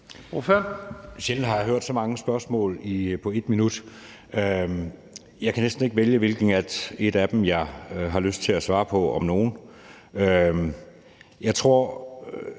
Sjældent har jeg hørt så mange spørgsmål på et minut. Jeg kan næsten ikke vælge, hvilket et af dem jeg har lyst til at svare på, om nogen.